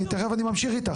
אני תכף ממשיך איתך,